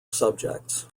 subjects